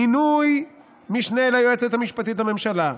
מינוי משנה ליועצת המשפטית לממשלה,